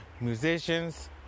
musicians